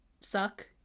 suck